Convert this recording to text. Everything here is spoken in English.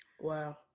Wow